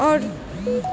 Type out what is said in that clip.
आओर